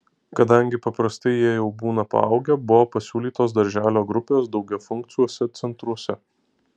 kadangi paprastai jie jau būna paaugę buvo pasiūlytos darželio grupės daugiafunkciuose centruose